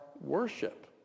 worship